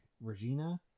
Regina